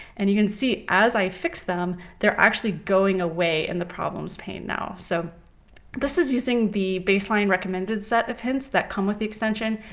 and you can see as i fix them, they're actually going away in the problems pane now. so this is using the baseline recommended set of hints that come with the extension,